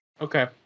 Okay